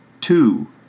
Two